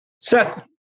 Seth